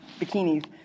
bikinis